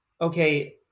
okay